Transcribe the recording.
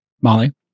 Molly